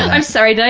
i'm sorry. but